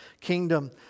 kingdom